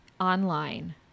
online